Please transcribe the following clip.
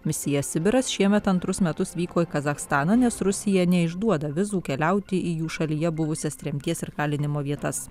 misija sibiras šiemet antrus metus vyko į kazachstaną nes rusija neišduoda vizų keliauti į jų šalyje buvusias tremties ir kalinimo vietas